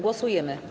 Głosujemy.